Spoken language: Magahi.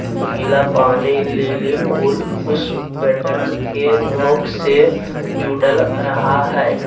नीला पानी लिली फूल पुष्प पैटर्न के नोक से जुडल रहा हइ